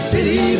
City